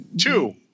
two